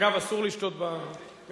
אגב, אסור לשתות במליאה.